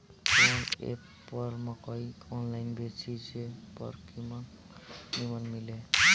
कवन एप पर मकई आनलाइन बेची जे पर कीमत नीमन मिले?